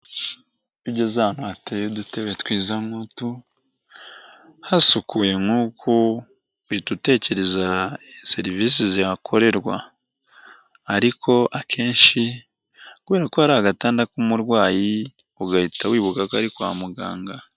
Iyo ugeze ahantu hateye udutebe twiza nk'utu, hasukuye nk'uku uhita utekereza serivisi zihakorerwa, ariko akenshi kubera ko hari agatanda k'umurwayi ugahita wibuka ko ari kwa muganga.